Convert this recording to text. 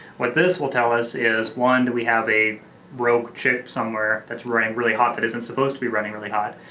what this will tell us is one, do we have a rogue chip somewhere that's running really hot that isn't supposed to be running really hot?